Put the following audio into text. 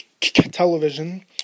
television